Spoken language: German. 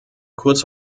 kurz